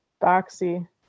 Boxy